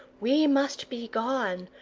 we must be gone,